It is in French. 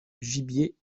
gibier